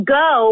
go